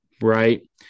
Right